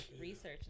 research